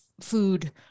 food